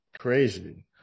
Crazy